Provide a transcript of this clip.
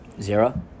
Zero